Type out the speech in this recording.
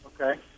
Okay